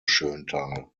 schöntal